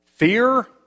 fear